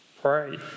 Pray